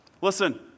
Listen